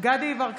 דסטה גדי יברקן,